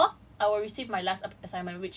so I will only receive my first two assignments